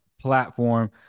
platform